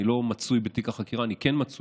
אני לא מצוי בתיק החקירה, אך אני כן מצוי